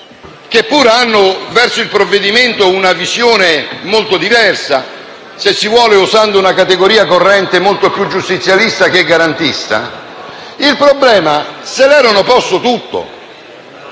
che pure hanno verso il provvedimento una visione molto diversa, se si vuole, osando una categoria corrente, molto più giustizialista che garantista, si erano posti il